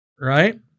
Right